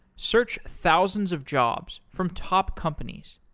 search thousands of jobs from top companies.